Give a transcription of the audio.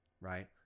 right